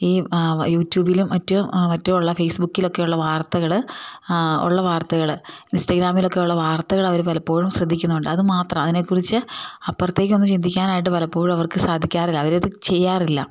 ഈ യൂട്യൂബിലും മറ്റ് മറ്റുള്ള ഫേസ്ബുക്കിലൊക്കെയുള്ള വാർത്തകൾ ഉള്ള വാർത്തകൾ ഇൻസ്റ്റാഗ്രാമിലൊക്കെയുള്ള വാർത്തകൾ അവർ പലപ്പോഴും ശ്രദ്ധിക്കുന്നുണ്ട് അത് മാത്രം അതിനെ കുറിച്ചു അപ്പുറത്തേക്കൊന്നും ചിന്തിക്കാനായിട്ട് പലപ്പോഴും അവർക്ക് സാധിക്കാറില്ല അവർ അത് ചെയ്യാറില്ല